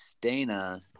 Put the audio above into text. Dana